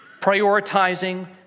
prioritizing